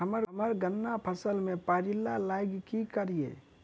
हम्मर गन्ना फसल मे पायरिल्ला लागि की करियै?